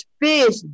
fish